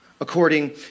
according